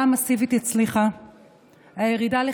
תבדקו, תלכו לסופר,